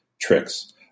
tricks